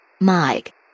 Mike